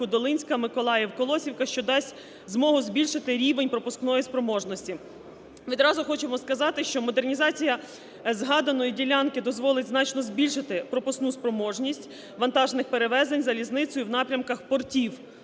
Долинська-Миколаїв-Колосівка. Що дасть змогу збільшити рівень пропускної спроможності. Відразу хочемо сказати, що модернізація згаданої ділянки дозволить значно збільшити пропускну спроможність вантажних перевезень залізницею в напрямках портів